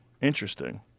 Interesting